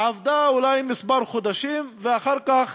עבדה אולי כמה חודשים, ואחר כך